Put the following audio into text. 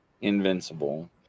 invincible